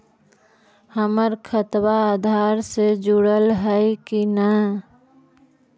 हमर खतबा अधार से जुटल हई कि न?